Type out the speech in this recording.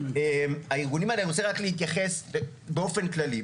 אני רוצה רק להתייחס באופן כללי,